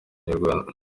inyarwanda